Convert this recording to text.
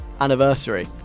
anniversary